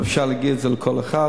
ואפשר להגיע עם זה לכל אחד.